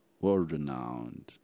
World-renowned